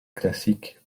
classique